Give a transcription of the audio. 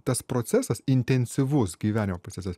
tas procesas intensyvus gyvenimo procesas